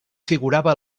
figurava